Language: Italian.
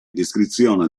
descrizione